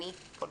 אני פוליטי.